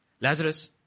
Lazarus